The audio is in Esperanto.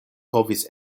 povis